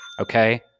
Okay